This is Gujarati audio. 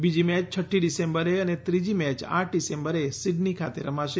બીજી મેચ છઠ્ઠી ડિસેમ્બરે અને ત્રીજી મેચ આઠ ડિસેમ્બરે સીડની ખાતે રમાશે